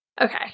okay